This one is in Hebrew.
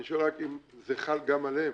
אני שואל, זה חל גם עליהם?